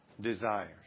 desires